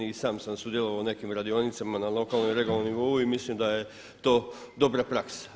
I sam sam sudjelovao u nekim radionicama na lokalnoj i regionalnoj nivou i mislim da je to dobra praksa.